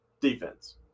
defense